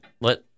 let